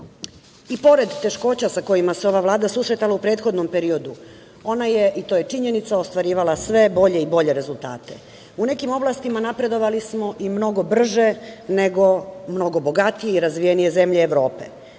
pored teškoća sa kojima se ova Vlada susretala u prethodnom periodu, ona je, i to je činjenica, ostvarivala sve bolje i bolje rezultate. U nekim oblastima, napredovali smo i mnogo brže nego mnogo bogatije i razvijenije zemlje Evrope.